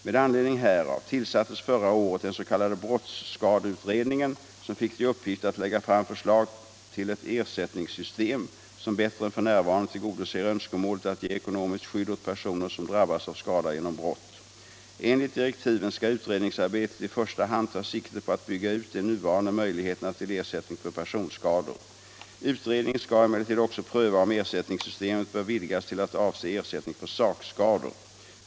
Med anledning härav tillsattes förra året den s.k. brottsskade = riksdagens uttalanutredningen, som fick utll uppgift att lägga fram förslag till ett ersätt — den ningssystem som bättre än f. n. tillgodoser önskemålet att ge ekonomiskt skydd åt personer som drabbas av skada genom brott. Enligt direktiven skall utredningsarbetet i första hand ta sikte på att bygga ut de nuvarande möjligheterna till ersättning för personskador. Utredningen skall emellertid också pröva, om ersättningssystemet bör vidgas till att avse ersättning för sakskador.